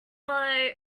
but